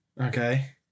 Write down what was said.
Okay